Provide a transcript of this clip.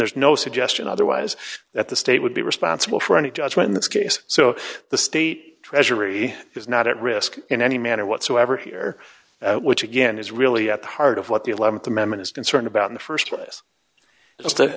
there's no suggestion otherwise that the state would be responsible for any judgment in this case so the state treasury is not at risk in any manner whatsoever here which again is really at the heart of what the th amendment is concerned about in the st place it's the